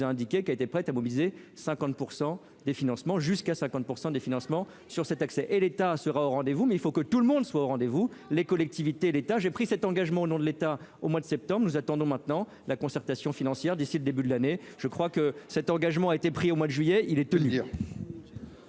a indiqué qu'elle était prête à mobiliser 50 pour 100 des financements jusqu'à 50 % des financements sur cet accès et l'État sera au rendez-vous, mais il faut que tout le monde soit au rendez-vous, les collectivités, l'État, j'ai pris cet engagement au nom de l'État au mois de septembre, nous attendons maintenant la concertation financière d'ici le début de l'année, je crois que cet engagement a été pris au mois de juillet, il est tenu.